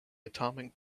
atomic